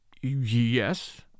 Yes